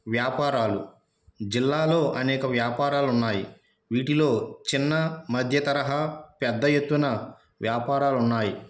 వ్యాపారాలు జిల్లాలో అనేక వ్యాపారాలు ఉన్నాయి వీటిలో చిన్న మధ్య తరహా పెద్ద ఎత్తున వ్యాపారాలు ఉన్నాయి